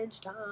time